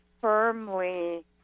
firmly